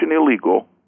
illegal